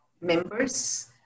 members